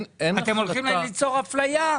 אתם הולכים ליצור אפליה.